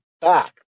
back